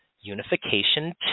Unification